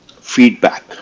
feedback